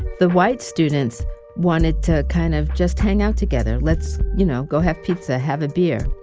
the white students wanted to kind of just hang out together. let's, you know, go have pizza, have a beer.